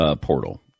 portal